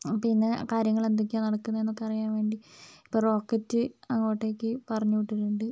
പിന്നെ കാര്യങ്ങളെന്തൊക്കെയാണ് നടക്കുന്നത് എന്നൊക്കെ അറിയാൻ വേണ്ടി ഇപ്പോൾ റോക്കറ്റ് അങ്ങോട്ടേക്ക് പറഞ്ഞു വിട്ടിട്ടുണ്ട്